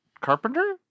Carpenter